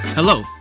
Hello